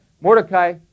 Mordecai